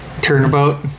turnabout